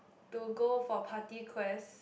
to go for party quest